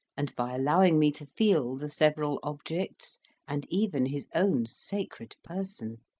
and by allowing me to feel the several objects and even his own sacred person,